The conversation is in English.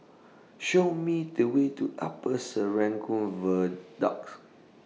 Show Me The Way to Upper Serangoon Viaducts